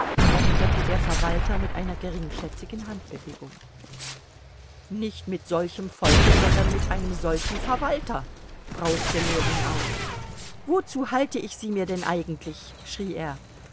erwiderte der verwalter mit einer geringschätzigen handbewegung nicht mit solchem volke sondern mit einem solchen verwalter brauste ljewin auf wozu halte ich sie mir denn eigentlich schrie er